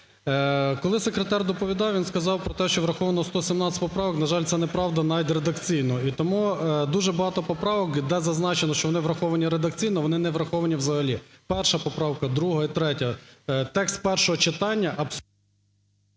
Коли секретар доповідав, він сказав про те, що враховано 117 поправок. На жаль, це неправда, навіть редакційно. І тому дуже багато поправок, де зазначено, що вони враховані редакційно, вони не враховані взагалі: 1-а поправка, 2-а і 3-я. Текст першого читання абсолютно…